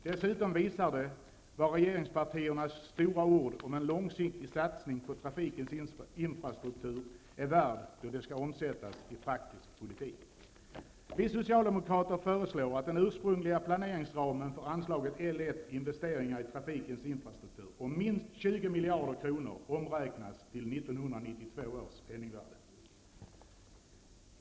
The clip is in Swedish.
Dessutom visar det vad regeringspartiernas stora ord om en långsiktig satsning på trafikens infrastruktur är värda då de skall omsättas i praktisk politik. Vi socialdemokrater föreslår att den ursprungliga planeringsramen för anslaget L1 Investeringar i trafikens infrastruktur om minst 20 miljarder kronor omräknas till 1992 års penningvärde.